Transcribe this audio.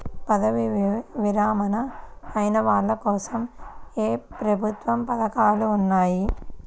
పదవీ విరమణ అయిన వాళ్లకోసం ఏ ప్రభుత్వ పథకాలు ఉన్నాయి?